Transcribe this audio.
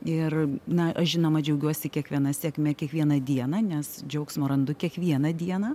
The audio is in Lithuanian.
ir na aš žinoma džiaugiuosi kiekviena sėkme kiekvieną dieną nes džiaugsmo randu kiekvieną dieną